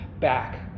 back